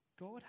God